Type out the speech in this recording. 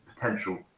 potential